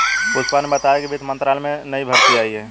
पुष्पा ने बताया कि वित्त मंत्रालय में नई भर्ती आई है